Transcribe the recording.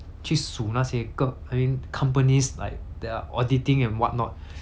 去数那些个 I mean companies like that are auditing and whatnot